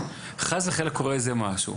תחשוב שכביש המנהרות, חס וחלילה קורה איזה משהו.